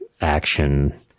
action